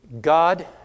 God